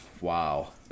wow